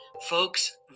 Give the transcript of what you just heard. folks